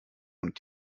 und